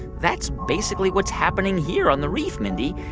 that's basically what's happening here on the reef, mindy.